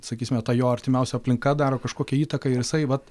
sakysime ta jo artimiausia aplinka daro kažkokią įtaką ir jisai vat